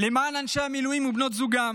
למען אנשי המילואים ובנות זוגם,